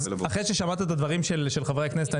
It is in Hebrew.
אז אחרי ששמעת את הדברים של חברי הכנסת,